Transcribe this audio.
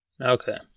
okay